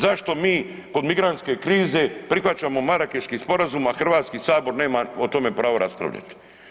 Zašto mi kod migrantske krize prihvaćamo Marakeški sporazum, a Hrvatski sabor nema o tome pravo raspravljati?